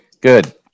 Good